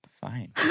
Fine